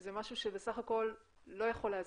זה משהו שבסך הכול לא יכול להזיק.